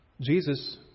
Jesus